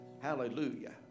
hallelujah